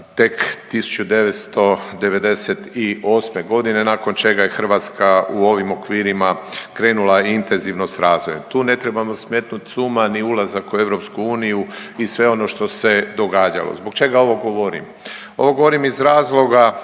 tek 1998. godine nakon čega je Hrvatska u ovim okvirima krenula i intenzivno s razvojem. Tu ne trebamo smetnut s uma ni ulazak u EU i sve ono što se događalo. Zbog čega ovo govorim? Ovo govorim iz razloga